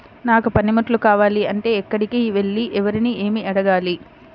నాకు పనిముట్లు కావాలి అంటే ఎక్కడికి వెళ్లి ఎవరిని ఏమి అడగాలి?